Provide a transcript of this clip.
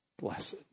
blessed